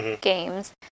games